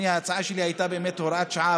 הוראת שעה,